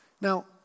Now